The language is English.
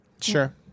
Sure